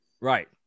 Right